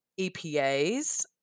EPAs